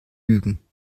lügen